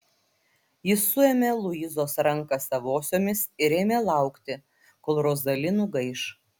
jis suėmė luizos ranką savosiomis ir ėmė laukti kol rozali nugaiš